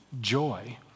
joy